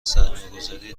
سرمایهگذاری